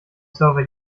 server